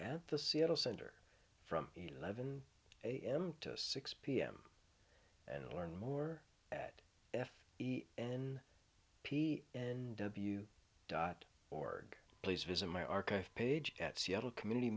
at the seattle center from eleven am to six pm and learn more at f e n p and wu dot org please visit my archive page at seattle community